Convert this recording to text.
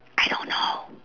I don't know